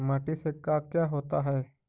माटी से का क्या होता है?